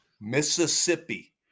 Mississippi